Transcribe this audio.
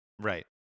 Right